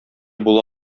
була